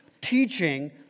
teaching